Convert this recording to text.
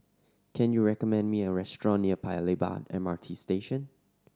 can you recommend me a restaurant near Paya Lebar M R T Station